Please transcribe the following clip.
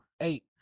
Eight